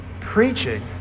preaching